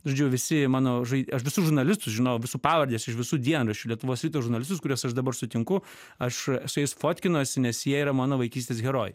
žodžiu visi mano aš visus žurnalistus žinojau visų pavardes iš visų dienraščių lietuvos ryto žurnalistus kuriuos aš dabar sutinku aš su jais fotkinuosi nes jie yra mano vaikystės herojai